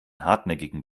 hartnäckigen